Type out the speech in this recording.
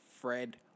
Fred